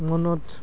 মনত